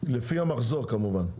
לפי המחזור כמובן.